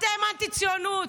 אתם אנטי ציונות,